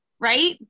Right